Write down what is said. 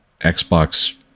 Xbox